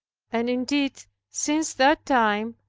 and indeed since that time,